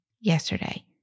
yesterday